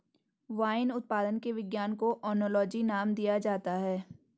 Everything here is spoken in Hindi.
वाइन उत्पादन के विज्ञान को ओनोलॉजी नाम दिया जाता है